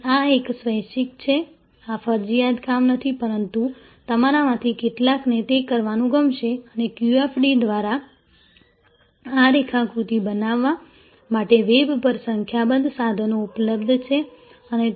અને આ એક સ્વૈચ્છિક છે આ ફરજિયાત કામ નથી પરંતુ તમારામાંથી કેટલાકને તે કરવાનું ગમશે અને QFD દ્વારા આ રેખાકૃતિ બનાવવા માટે વેબ પર સંખ્યાબંધ સાધનો ઉપલબ્ધ છે અને